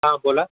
हां बोला